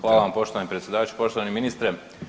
Hvala vam poštovani predsjedavajući, poštovani ministre.